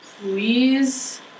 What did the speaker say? please